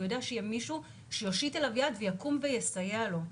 והוא יודע שיש מישהו שיושיט אליו יד ויקום ויסייע לו.